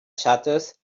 shutters